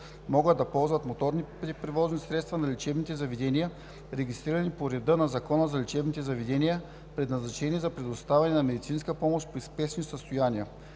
могат да ползват моторните превозни средства на лечебните заведения, регистрирани по реда на Закона за лечебните заведения, предназначени за предоставяне на медицинска помощ при спешни състояния.